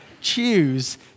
choose